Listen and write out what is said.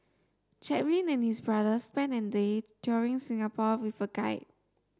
Chaplin and his brother spent an day touring Singapore with a guide